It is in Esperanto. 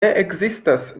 ekzistas